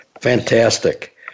Fantastic